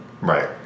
Right